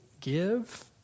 give